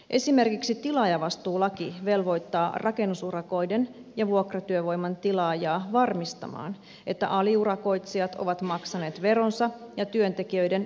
esimerkiksi tilaajavastuulaki velvoittaa rakennusurakoiden ja vuokratyövoiman tilaajaa varmistamaan että aliurakoitsijat ovat maksaneet veronsa ja työntekijöiden eläkevakuutusmaksut